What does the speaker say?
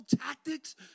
tactics